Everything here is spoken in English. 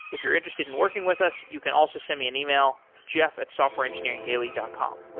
if you're interested in working with us, you can also send me an email, jeff at softwareengineeringdaily dot com.